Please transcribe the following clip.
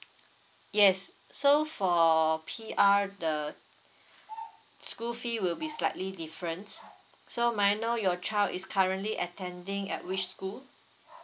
yes so for P_R the school fee will be slightly different so may I know your child is currently attending at which school